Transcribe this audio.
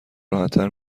راحتتر